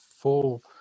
full